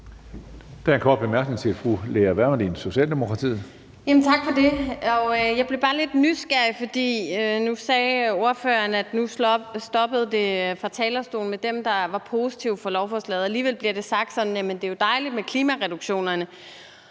Jeg blev bare lidt nysgerrig, for nu sagde ordføreren, at nu var det slut fra talerstolen med dem, der var positive over for lovforslaget. Alligevel bliver der sagt, at det jo er dejligt med klimareduktionerne.